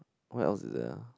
what else is there ah